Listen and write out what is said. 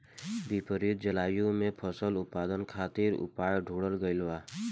विपरीत जलवायु में फसल उत्पादन खातिर उपाय ढूंढ़ल गइल बा